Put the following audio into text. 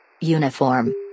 Uniform